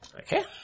Okay